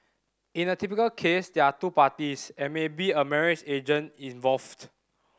in a typical case there are two parties and maybe a marriage agent involved